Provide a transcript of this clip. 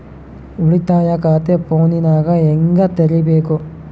ಉಳಿತಾಯ ಖಾತೆ ಫೋನಿನಾಗ ಹೆಂಗ ತೆರಿಬೇಕು?